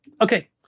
Okay